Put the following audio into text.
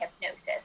hypnosis